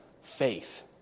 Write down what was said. faith